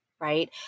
right